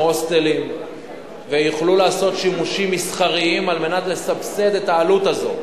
הוסטלים ויוכלו לעשות שימושים מסחריים כדי לסבסד את העלות הזאת,